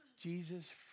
Jesus